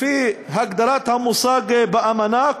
לפי הגדרת המושג באמנה,